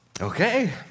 Okay